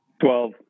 Twelve